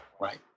Right